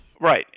Right